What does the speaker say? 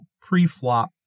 pre-flop